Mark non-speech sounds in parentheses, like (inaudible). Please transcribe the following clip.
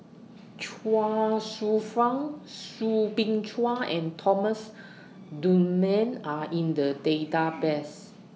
Chuang Hsueh Fang Soo Bin Chua and Thomas (noise) Dunman Are in The (noise) Database